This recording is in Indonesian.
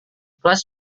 kelas